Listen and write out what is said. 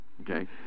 Okay